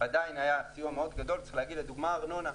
עדיין היה סיוע מאוד גדול, לדוגמה, ארנונה.